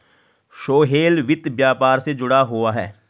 सोहेल वित्त व्यापार से जुड़ा हुआ है